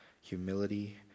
humility